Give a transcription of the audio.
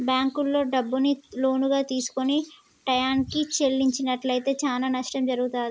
బ్యేంకుల్లో డబ్బుని లోనుగా తీసుకొని టైయ్యానికి చెల్లించనట్లయితే చానా నష్టం జరుగుతాది